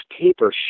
paper